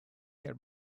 her